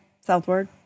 Southward